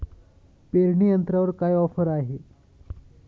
पेरणी यंत्रावर काय ऑफर आहे?